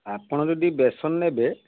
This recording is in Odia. ଆପଣ ଯଦି ବେସନ ନେବେ